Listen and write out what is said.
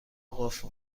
قفل